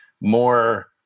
more